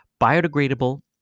biodegradable